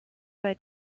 bei